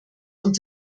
und